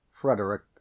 Frederick